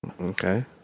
Okay